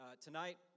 Tonight